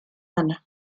ana